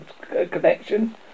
connection